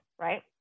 right